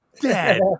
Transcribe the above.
dead